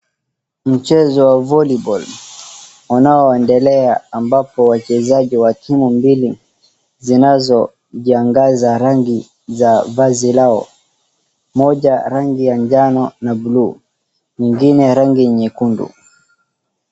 Mchezo wa volleyball unaoendelea ambapo wachezaji wa timu mbili zinzojiangaza rangi za vazi lao, moja rangi ya njano na buluu nyingine rangi ya nyekundu.